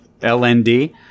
LND